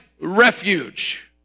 refuge